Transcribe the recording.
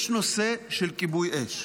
יש נושא של כיבוי אש.